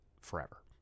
forever